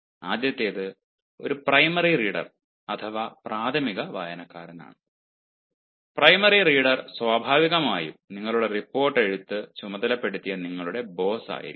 ആദ്യത്തേത് ഒരു primary reader അഥവാ പ്രാഥമിക വായനക്കാരനാണ് പ്രൈമറി റീഡർ സ്വാഭാവികമായും നിങ്ങൾക്ക് റിപ്പോർട്ട് എഴുത്ത് ചുമതലപ്പെടുത്തിയ നിങ്ങളുടെ ബോസ് ആയിരിക്കും